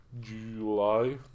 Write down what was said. July